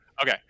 Okay